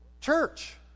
church